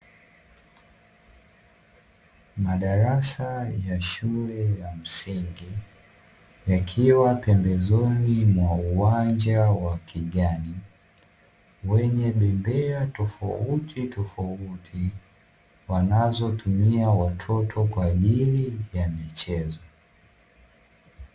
Madarasa ya shule ya msingi, yakiwa pembezoni mwa uwanja wa kijani wenye bembea tofautitofauti, wanazotumia watoto kwa ajili ya michezo.